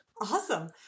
Awesome